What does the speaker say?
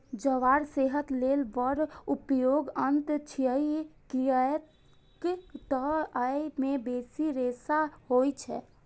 ज्वार सेहत लेल बड़ उपयोगी अन्न छियै, कियैक तं अय मे बेसी रेशा होइ छै